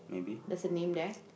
there's a name there